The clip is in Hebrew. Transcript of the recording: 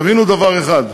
תבינו דבר אחד,